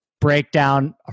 breakdown